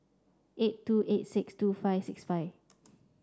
eight two eight six two five six five